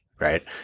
Right